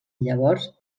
llavors